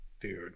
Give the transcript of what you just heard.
dude